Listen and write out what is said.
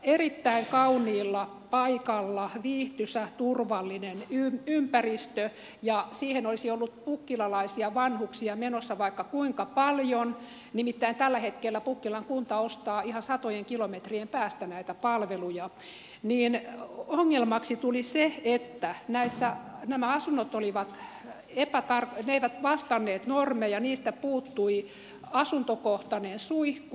erittäin kauniilla paikalla viihtyisä turvallinen ympäristö ja siihen olisi ollut pukkilalaisia vanhuksia menossa vaikka kuinka paljon nimittäin tällä hetkellä pukkilan kunta ostaa ihan satojen kilometrien päästä näitä palveluja mutta ongelmaksi tuli se että nämä asunnot eivät vastanneet normeja niistä puuttui asuntokohtainen suihku